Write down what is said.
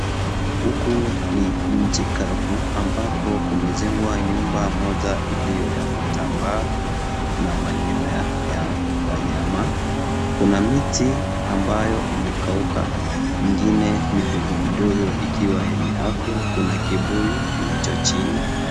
Huku ni nchi kavu ambako kunmejengwa nyumba moja iliyo ya vitamba na manyoya ya wanyama. Kuna miti ambayo imekauka ngine midogo midogo ikiwa yenye afya. Kuna kibuyu kilicho chini.